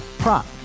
prop